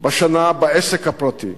בשנה בעסק הפרטי.